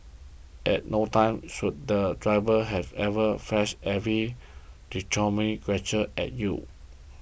at no time should the driver have ever flashed every derogatory gesture at you